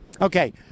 okay